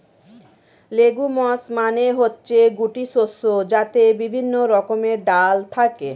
legumes মানে হচ্ছে গুটি শস্য যাতে বিভিন্ন রকমের ডাল থাকে